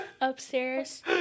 upstairs